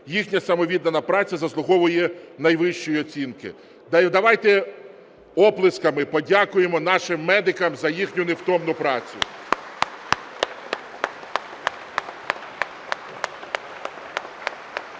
Їхня самовіддана праця заслуховує найвищої оцінки. Давайте оплесками подякуємо нашим медикам за їхню невтомну працю.